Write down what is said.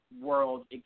world